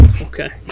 okay